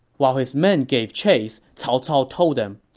while his men gave chase, cao cao told them,